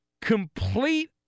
complete